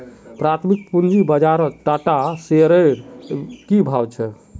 प्राथमिक पूंजी बाजारत टाटा शेयर्सेर की भाव छ